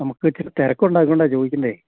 നമ്മുക്ക് ഇച്ചിരി തിരക്കുണ്ട് അതുകൊണ്ടാണു ചോദിക്കുന്നതേ